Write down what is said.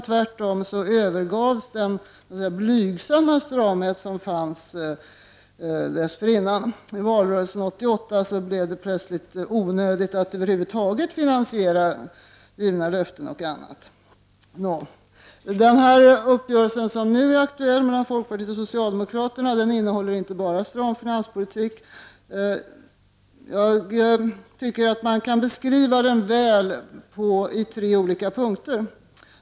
Tvärtom övergavs den blygsamma stramhet som fanns dessförinnan. I valrörelsen 1988 blev det plötsligt onödigt att finansiera givna löften och annat. Den uppgörelse som nu är aktuell mellan folkpartiet och socialdemokraterna innehåller inte bara stram finanspolitik. Den kan väl beskrivas i tre olika punkter.